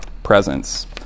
Presence